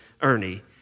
Ernie